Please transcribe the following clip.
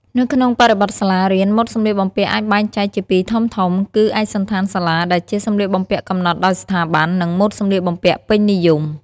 នៅក្នុងបរិបទសាលារៀន ម៉ូដសម្លៀកបំពាក់អាចបែងចែកជាពីរធំៗ គឺឯកសណ្ឋានសាលាដែលជាសម្លៀកបំពាក់កំណត់ដោយស្ថាប័ន និងម៉ូដសម្លៀកបំពាក់ពេញនិយម។